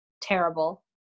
Terrible